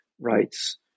rights